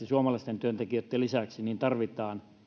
suomalaisten työntekijöitten lisäksi tarvitaan